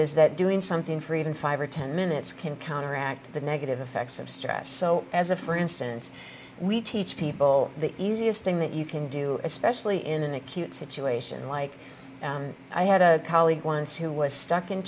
is that doing something for even five or ten minutes can counteract the negative effects of stress so as a for instance we teach people the easiest thing that you can do especially in an acute situation like i had a colleague once who was stuck in